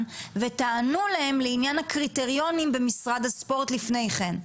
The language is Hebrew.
ותענו להם לעניין הקריטריונים במשרד הספורט לפני כן.